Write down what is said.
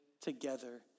together